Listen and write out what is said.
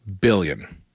billion